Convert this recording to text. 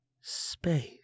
space